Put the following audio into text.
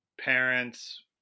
parents